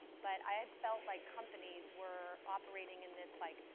but i had felt like companies were operating in this like,